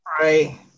Right